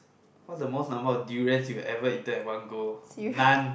what's the most number of durians you ever eaten at one go none